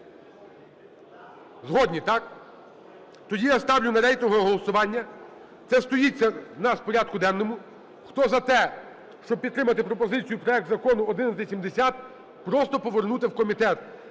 Згодні, так? Тоді я ставлю на рейтингове голосування. Це стоїть у нас в порядку денному. Хто за те, щоб підтримати пропозицію: проект закону 1170 просто повернути в комітет?